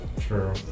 true